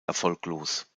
erfolglos